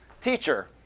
Teacher